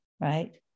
right